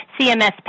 CMS